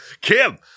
Kim